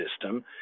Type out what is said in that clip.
system